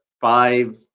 five